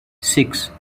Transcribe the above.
six